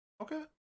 Okay